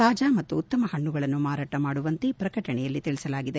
ತಾಜಾ ಮತ್ತು ಉತ್ತಮವಾದ ಹಣ್ಣುಗಳನ್ನು ಮಾರಾಟ ಮಾಡುವಂತೆ ಪ್ರಕಟಣೆಯಲ್ಲಿ ತಿಳಿಸಿದೆ